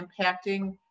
impacting